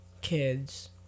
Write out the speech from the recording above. kids